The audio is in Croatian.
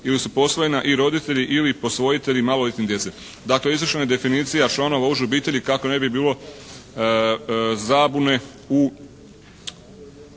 ili su posvojena i roditelji ili posvojitelji maloljetne djece. Dakle izvršena je definicija članova uže obitelji kako ne bi bilo zabune u